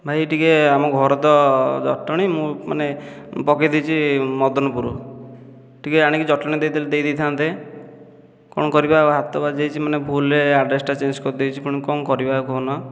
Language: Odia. ଭାଇ ଟିକେ ଆମ ଘର ତ ଜଟଣୀ ମୁଁ ମାନେ ପକାଇ ଦେଇଛି ମଦନପୁର ଟିକେ ଆଣିକି ଜଟଣୀରେ ଦେଇ ଦେଲେ ଦେଇ ଦେଇଥାନ୍ତେ କ'ଣ କରିବା ଆଉ ହାତ ବାଜି ଯାଇଛି ମାନେ ଭୁଲରେ ଆଡ଼୍ରେସଟା ଚେଞ୍ଜ କରିଦେଇଛି ପୁଣି କ'ଣ କରିବା ଆଉ କହୁନ